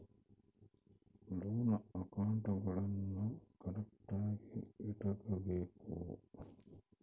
loan ಅಕೌಂಟ್ಗುಳ್ನೂ ಕರೆಕ್ಟ್ಆಗಿ ಇಟಗಬೇಕು